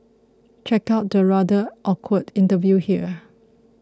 check out the rather awkward interview here